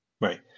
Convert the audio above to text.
Right